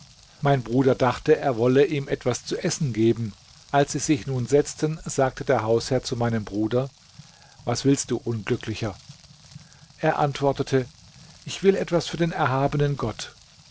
mein bruder dachte er wolle ihm etwas zu essen geben als sie sich nun setzten sagte der hausherr zu meinem bruder was willst du unglücklicher er antwortete ich will etwas für den erhabenen gott